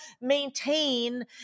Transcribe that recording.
maintain